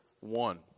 one